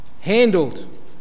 handled